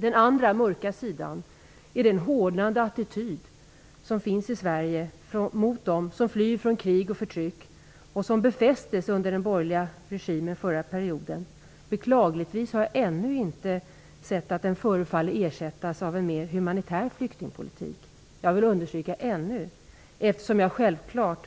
Den andra mörka sidan är den hårdnande attityd som finns i Sverige mot dem som flyr från krig och förtryck och som befästes under den borgerliga regimen under den förra perioden. Beklagligtvis har jag ännu inte sett att den förefaller ersättas av en mer humanitär flyktingpolitik. Jag vill understryka ännu, eftersom jag självklart